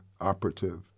operative